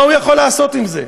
מה הוא יכול לעשות עם זה?